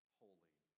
holy